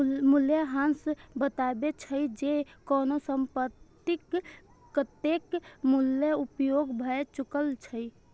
मूल्यह्रास बतबै छै, जे कोनो संपत्तिक कतेक मूल्यक उपयोग भए चुकल छै